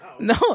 No